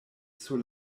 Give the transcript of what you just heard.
sur